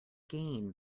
gain